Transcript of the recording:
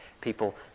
people